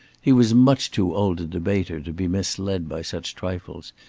he was much too old a debater to be misled by such trifles,